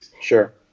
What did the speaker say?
Sure